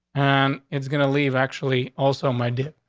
and it's gonna leave, actually, also my debt.